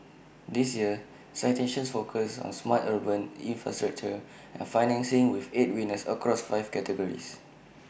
this year's citations focus on smart urban infrastructure and financing with eight winners across five categories